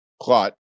plot